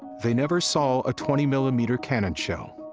they never saw a twenty millimeter cannon shell,